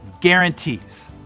guarantees